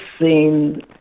seen